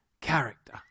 character